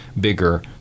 bigger